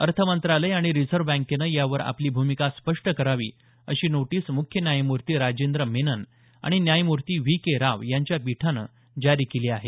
अर्थमंत्रालय आणि रिझर्व्ह बँकेनं यावर आपली भूमिका स्पष्ट करावी अशी नोटीस मुख्य न्यायमूर्ती राजेंद्र मेनन आणि न्यायमूर्ती व्ही के राव यांच्या पीठानं जारी केली आहे